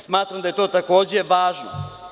Smatram da je to takođe važno.